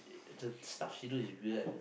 the stuff she do is weird